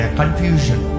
confusion